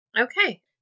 Okay